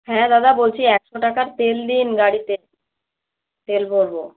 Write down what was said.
হ্যাঁ দাদা বলছি একশো টাকার তেল দিন গাড়িতে তেল ভরব